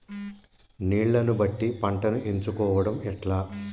నీళ్లని బట్టి పంటను ఎంచుకోవడం ఎట్లా?